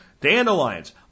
Dandelions